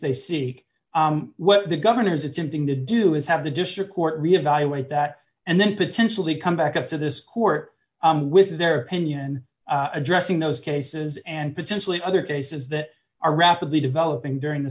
they see what the governors it's him thing to do is have the district court reevaluate that and then potentially come back up to this court with their opinion addressing those cases and potentially other cases that are rapidly developing during th